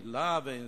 ריאליטי-מוות,